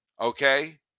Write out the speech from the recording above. Okay